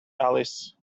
alice